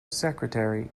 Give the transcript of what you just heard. secretary